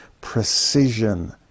precision